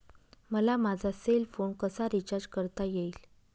मला माझा cell phone कसा रिचार्ज करता येईल?